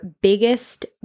biggest